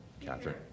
Catherine